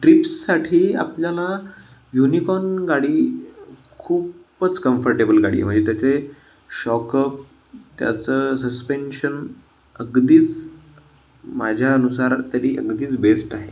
ट्रिप्ससाठी आपल्याला युनिकॉन गाडी खूपच कम्फर्टेबल गाडी आहे म्हणजे त्याचे शॉकअप त्याचं सस्पेन्शन अगदीच माझ्या अनुसार तरी अगदीच बेस्ट आहे